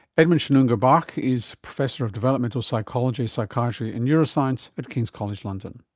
edmund sonuga-barke is professor of developmental psychology, psychiatry and neuroscience at king's college london.